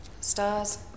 Stars